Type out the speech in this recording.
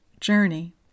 journey